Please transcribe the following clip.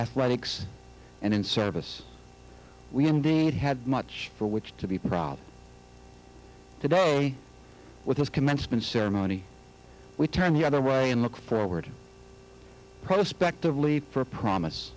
athletics and in service we have indeed had much for which to be proud today with this commencement ceremony we turn the other way and look forward prospect of leave for promise